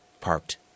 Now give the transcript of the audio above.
parked